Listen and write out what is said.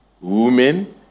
women